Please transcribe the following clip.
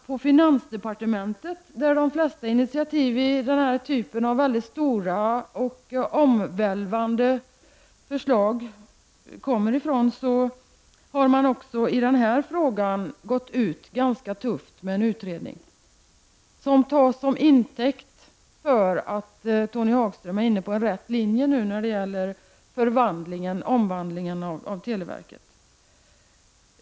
På finansdepartementet, som de flesta initiativ till den här typen av myckets stora och mycket omvälvande förslag kommer ifrån, har man också i den här frågan gått ut ganska tufft med en utredning, som tas till intäkt för att Tony Hagström är inne på rätt spår nu när det gäller omvandlingen av televerket.